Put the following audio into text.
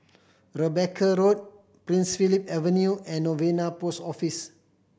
Rebecca Road Prince Philip Avenue and Novena Post Office